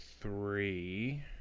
three